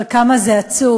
אבל כמה זה עצוב.